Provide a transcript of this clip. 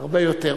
הרבה יותר,